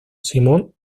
simon